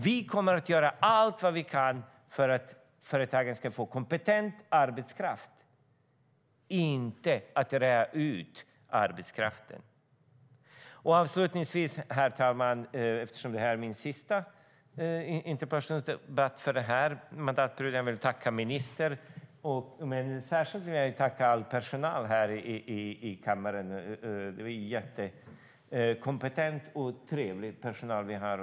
Vi kommer att göra allt vi kan för att företagen ska få kompetent arbetskraft, och inte rea ut arbetskraften. Herr talman! Eftersom detta är min sista interpellationsdebatt denna mandatperiod ska jag avslutningsvis tacka ministern. Men jag vill särskilt tacka all personal här i kammaren som är mycket kompetent och trevlig.